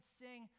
sing